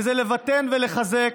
זה לבטן ולחזק.